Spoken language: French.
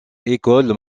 école